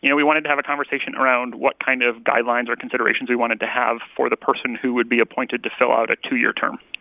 you know we wanted to have a conversation around what kind of guidelines or considerations we wanted to have for the person who would be appointed to fill out a two-year term